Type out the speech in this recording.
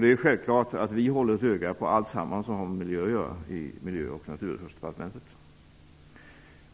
Det är självklart att vi i Miljöoch naturresursdepartementet håller ett öga på alltsammans som har med miljö att